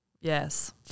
Yes